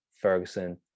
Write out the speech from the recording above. ferguson